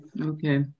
okay